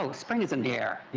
so spring is in the air.